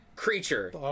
creature